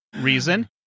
reason